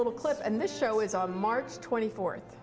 little clip and this show is on march twenty fourth